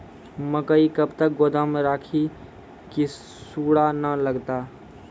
मकई कब तक गोदाम राखि की सूड़ा न लगता?